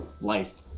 life